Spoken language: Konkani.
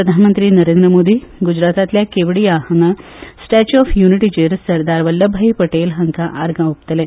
प्रधानमंत्री नरेंद्र मोदी गुजरातांतल्या केवडीया हांगासर स्टॅट्यू ऑफ युनिटीचेर सरदार वल्लभभाई पटेल हांकां आर्गां ओंपतले